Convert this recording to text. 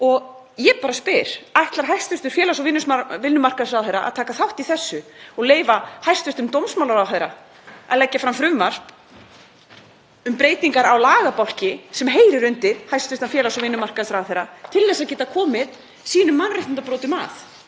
Ég spyr: Ætlar hæstv. félags- og vinnumarkaðsráðherra að taka þátt í þessu og leyfa hæstv. dómsmálaráðherra að leggja fram frumvarp um breytingar á lagabálki sem heyrir undir hæstv. félags- og vinnumarkaðsráðherra til að geta komið sínum mannréttindabrotum að